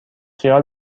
خیال